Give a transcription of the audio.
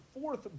fourth